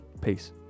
Peace